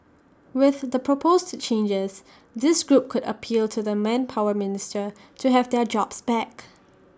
with the proposed changes this group could appeal to the manpower minister to have their jobs back